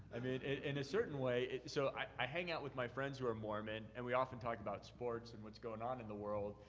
i mean, in a certain way, so, i hang out with my friends who are mormon and we often talk about sports and what's going on in the world,